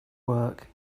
work